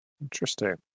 Interesting